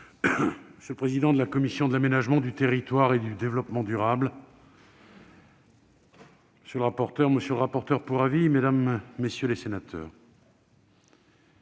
monsieur le président de la commission de l'aménagement du territoire et du développement durable, monsieur le rapporteur pour avis, mesdames, messieurs les sénateurs,